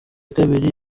kabiri